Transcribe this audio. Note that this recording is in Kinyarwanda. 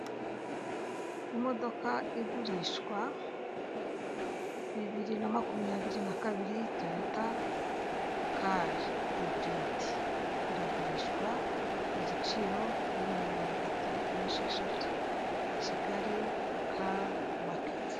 Imodoka igurishwa bibiri na makumyabiri na kabiri toyota care iburide iragurishwa igiciro miliyoni mirongo itatu n'esheshatu kigali care maketi.